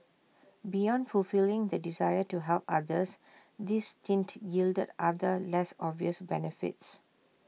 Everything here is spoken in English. beyond fulfilling the desire to help others this stint yielded other less obvious benefits